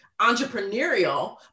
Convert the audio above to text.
Entrepreneurial